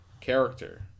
character